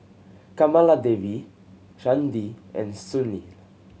Kamaladevi Chandi and Sunil